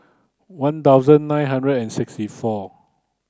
one thousand nine hundred and sixty four